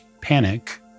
panic